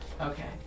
Okay